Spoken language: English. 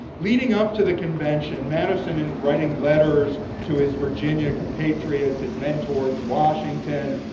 leading up to the convention, madison is writing letters to his virginian compatriots, his mentors, washington,